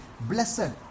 Blessed